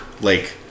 lake